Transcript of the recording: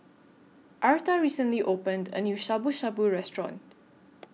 Arta recently opened A New Shabu Shabu Restaurant